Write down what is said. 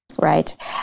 right